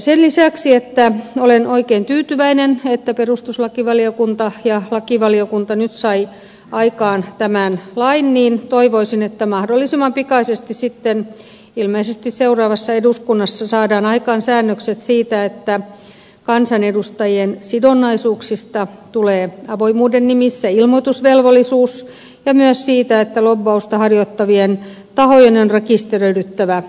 sen lisäksi että olen oikein tyytyväinen että perustuslakivaliokunta ja lakivaliokunta nyt saivat aikaan tämän lain toivoisin että mahdollisimman pikaisesti sitten ilmeisesti seuraavassa eduskunnassa saadaan aikaan säännökset siitä että kansanedustajien sidonnaisuuksista tulee avoimuuden nimissä ilmoitusvelvollisuus ja myös siitä että lobbausta harjoittavien tahojen on rekisteröidyttävä